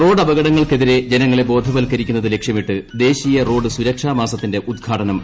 റോഡപകടങ്ങൾക്കെതിളിൽ ജ്നങ്ങളെ ബോധവൽക്കരിക്കുന്നത് ന് ലക്ഷ്യമിട്ട് ദേശീയ റ്റോസ്സുരക്ഷാ മാസത്തിന്റെ ഉദ്ഘാടനം ഇന്ന്